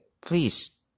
please